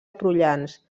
prullans